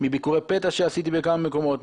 מביקורי פתע שעשיתי בכמה מקומות,